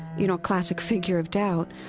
you know, classic figure of doubt,